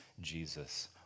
Jesus